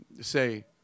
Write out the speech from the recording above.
say